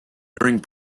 during